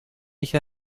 nicht